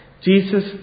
Jesus